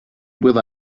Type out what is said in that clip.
with